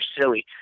silly